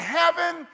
heaven